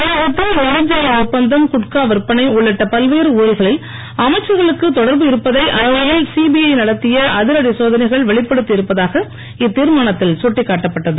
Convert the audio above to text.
தமிழகத்தில் நெடுஞ்சாலை ஒப்பந்தம் குட்கா விற்பனை உள்ளிட்ட பல்வேறு ஊழல்களில் அமைச்சர்களுக்கு தொடர்பு இருப்பதை அண்மையில் சிபிஐ நடத்திய அதிரடி சோதனைகள் வெளிப்படுத்தி இருப்பதாக இத்தீர்மானத்தில் சுட்டிக்காட்டப்பட்டது